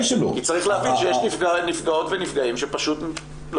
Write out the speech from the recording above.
כי צריך להבין שיש נפגעות ונפגעים שפשוט לא